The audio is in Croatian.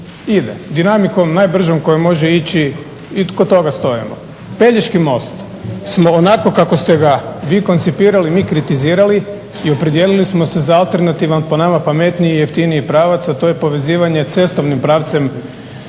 ide dinamikom najbržom kojom može ići i kod toga stojimo. Pelješki most smo onako kako ste ga vi koncipirali mi kritizirali i opredijelili smo se za alternativan po nama pametniji i jeftiniji pravac, a to je povezivanje cestovnim pravcem